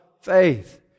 faith